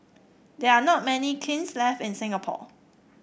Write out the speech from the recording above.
there are not many kilns left in Singapore